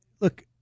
look